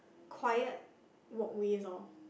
quiet walkways lor